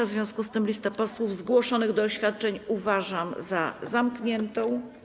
W związku z tym listę posłów zgłoszonych do oświadczeń uważam za zamkniętą.